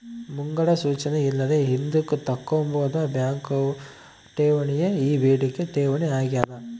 ಮುಂಗಡ ಸೂಚನೆ ಇಲ್ಲದೆ ಹಿಂದುಕ್ ತಕ್ಕಂಬೋದಾದ ಬ್ಯಾಂಕ್ ಠೇವಣಿಯೇ ಈ ಬೇಡಿಕೆ ಠೇವಣಿ ಆಗ್ಯಾದ